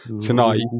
tonight